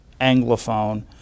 anglophone